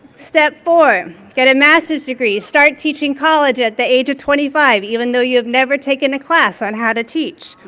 step four, get a master's degree. start teaching college at the age of twenty five even though you have never taken a class on how to teach.